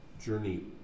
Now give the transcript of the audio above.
journey